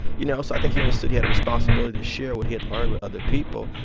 you know, so i think he understood he had a responsibility to share what he had learned with other people.